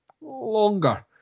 longer